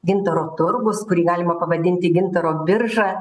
gintaro turgus kurį galima pavadinti gintaro birža